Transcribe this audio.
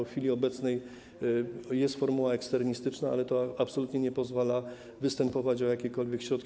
W chwili obecnej jest formuła eksternistyczna, ale to absolutnie nie pozwala występować o jakiekolwiek środki.